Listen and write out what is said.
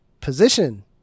position